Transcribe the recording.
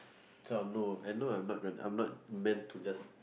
so I know I know I'm not gonna I'm not meant to just